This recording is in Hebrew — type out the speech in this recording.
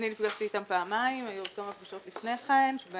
אני נפגשתי איתם פעמיים והיו עוד כמה פגישות לפני כן שבהן